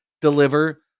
deliver